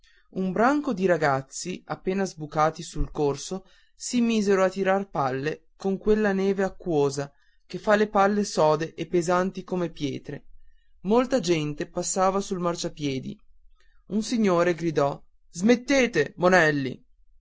un branco di ragazzi appena sboccati sul corso si misero a tirar palle con quella neve acquosa che fa le palle sode e pesanti come pietre molta gente passava sul marciapiedi un signore gridò smettete monelli